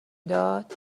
داد